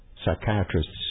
Psychiatrists